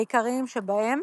העיקריים שבהם